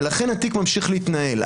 ולכן התיק ממשיך להתנהל.